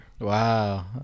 Wow